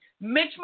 Mitch